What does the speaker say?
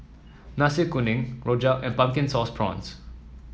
Nasi Kuning Rojak and Pumpkin Sauce Prawns